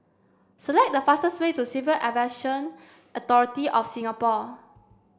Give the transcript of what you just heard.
select the fastest way to Civil Aviation Authority of Singapore